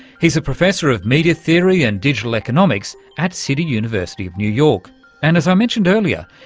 he's a professor of media theory and digital economics at city university of new york and, as i mentioned earlier,